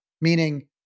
Meaning